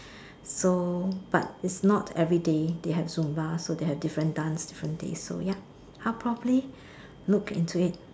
so but it's not everyday they have Zumba so they have different dance different days so ya I'll probably look into it